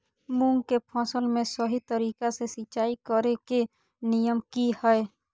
मूंग के फसल में सही तरीका से सिंचाई करें के नियम की हय?